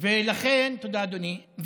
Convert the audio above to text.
תודה, אדוני.